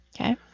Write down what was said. Okay